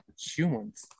humans